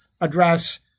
address